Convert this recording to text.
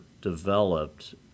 developed